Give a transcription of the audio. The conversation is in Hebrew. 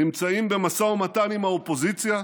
נמצאים במשא ומתן עם האופוזיציה,